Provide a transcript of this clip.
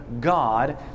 God